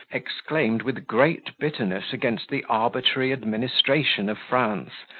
exclaimed, with great bitterness, against the arbitrary administration of france,